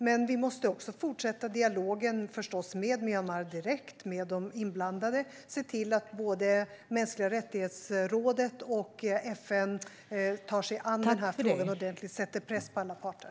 Men vi måste förstås också fortsätta dialogen direkt med de inblandade i Myanmar och se till att både rådet för mänskliga rättigheter och FN tar sig an denna fråga ordentligt och sätter press på alla parter.